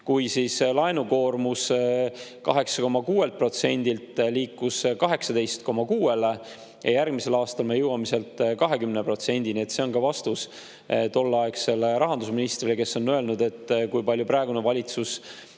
kui laenukoormus 8,6%-lt liikus 18,6%-le. Ja järgmisel aastal me jõuame sealt 20%-ni. See on ka vastus tolleaegsele rahandusministrile, kes on [viidanud], kui palju praegune valitsus